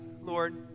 Lord